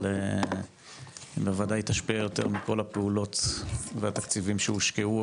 אבל בוודאי היא תשפיע יותר בכל הפעולות והתקציבים שהושקעו,